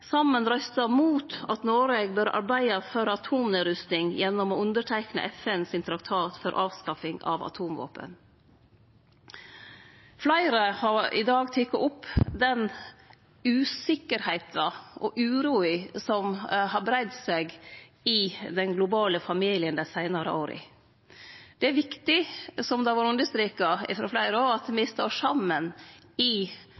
saman røysta mot at Noreg bør arbeide for atomnedrusting gjennom å underteikne FNs traktat for avskaffing av atomvåpen. Fleire har i dag teke opp den usikkerheita og uroa som har breitt seg i den globale familien dei seinare åra. Det er viktig, som det òg har vore understreka frå fleire, at me